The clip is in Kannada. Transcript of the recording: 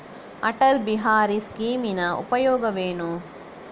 ಅಟಲ್ ಬಿಹಾರಿ ಸ್ಕೀಮಿನ ಉಪಯೋಗವೇನು?